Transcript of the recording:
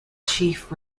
chief